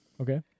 Okay